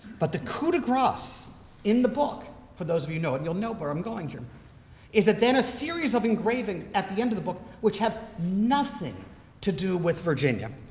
but the coup de grace in the book for those of you who know it, you'll know where i'm going here is that then a series of engravings at the end of the book which have nothing to do with virginia,